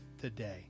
today